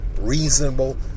reasonable